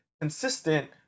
consistent